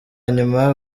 nyuma